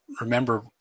remember